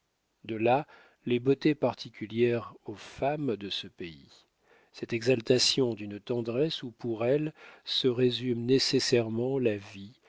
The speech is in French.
de là les beautés particulières aux femmes de ce pays cette exaltation d'une tendresse où pour elles se résume nécessairement la vie